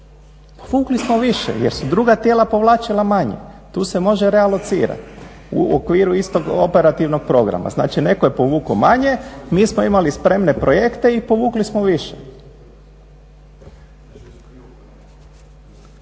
Vukli smo više jer su druga tijela povlačila manje. Tu se može realocirati u okviru istog operativnog programa. Znači, netko je povukao manje, mi smo imali spremne projekte i povukli smo više.